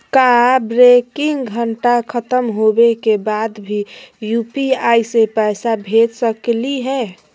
का बैंकिंग घंटा खत्म होवे के बाद भी यू.पी.आई से पैसा भेज सकली हे?